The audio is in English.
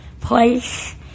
place